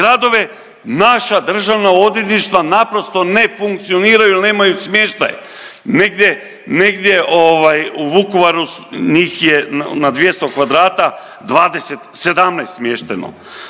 gradova, naša državna odvjetništva naprosto ne funkcioniraju jer nemaju smještaje. Negdje, negdje ovaj u Vukovaru, njih je na 200 kvadrata 20, 17 smješteno.